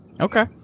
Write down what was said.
Okay